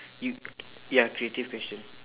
you ya creative question